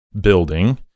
building